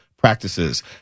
practices